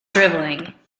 drivelling